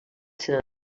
seran